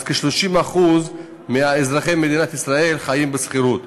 ש-30% מאזרחי מדינת ישראל חיים בשכירות.